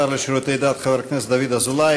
השר לשירותי דת חבר הכנסת דוד אזולאי,